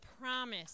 promise